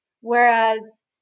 whereas